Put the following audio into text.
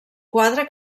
quadre